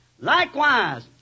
Likewise